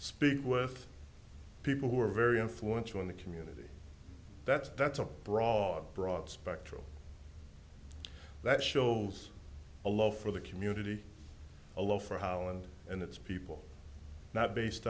speak with people who are very influential in the community that's that's a broad broad spectrum that shows a love for the community a low for holland and its people not based